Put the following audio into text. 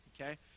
okay